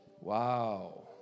Wow